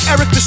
Eric